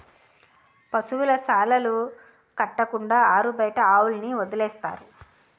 పశువుల శాలలు కట్టకుండా ఆరుబయట ఆవుల్ని వదిలేస్తారు